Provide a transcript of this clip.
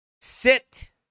sit